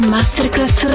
Masterclass